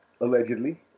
allegedly